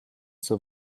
zur